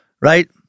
Right